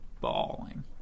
bawling